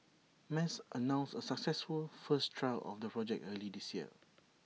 mas announced A successful first trial of the project early this year